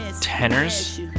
tenors